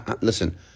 Listen